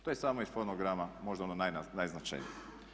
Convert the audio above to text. To je samo iz fonograma možda ono najznačajnije.